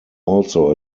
also